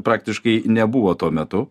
praktiškai nebuvo tuo metu